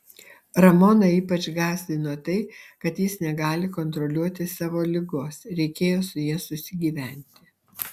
ramoną ypač gąsdino tai kad jis negali kontroliuoti savo ligos reikėjo su ja susigyventi